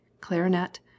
clarinet